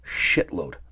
shitload